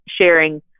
sharing